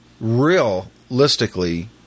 realistically